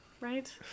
right